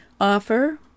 offer